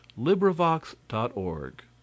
LibriVox.org